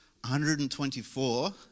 124